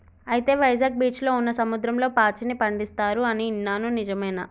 అయితే వైజాగ్ బీచ్లో ఉన్న సముద్రంలో పాచిని పండిస్తారు అని ఇన్నాను నిజమేనా